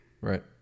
Right